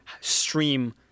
stream